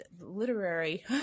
literary